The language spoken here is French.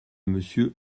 monsieur